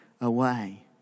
away